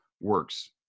works